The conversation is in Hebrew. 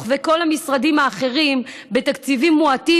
וכל המשרדים האחרים בתקציבים מועטים,